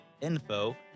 info